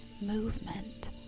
Movement